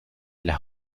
las